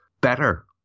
better